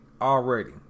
already